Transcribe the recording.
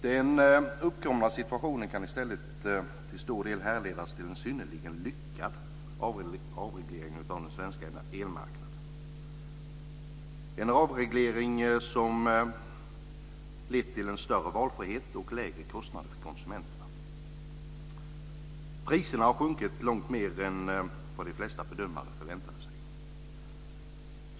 Den uppkomna situationen kan i stället till stor del härledas till en synnerligen lyckad avreglering av den svenska elmarknaden, en avreglering som lett till en större valfrihet och lägre kostnader för konsumenterna. Priserna har sjunkit långt mer än vad de flesta bedömare förväntade sig.